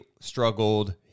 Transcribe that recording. struggled